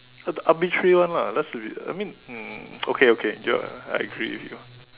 uh the arbitrary one lah that's a bit I mean um okay okay yup I agree with you